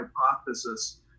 hypothesis